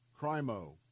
Crimo